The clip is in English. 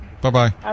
bye-bye